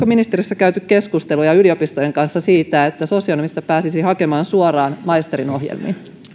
ministeriössä käyty keskusteluja yliopistojen kanssa siitä että sosionomi pääsisi hakemaan suoraan maisteriohjelmiin